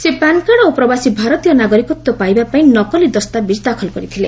ସେ PAN card ଓ ପ୍ରବାସୀ ଭାରତୀୟ ନାଗରିକତ୍ୱ ପାଇବାପାଇଁ ନକଲି ଦସ୍ତାବିଜ୍ ଦାଖଲ କରିଥିଲେ